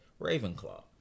Ravenclaw